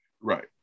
right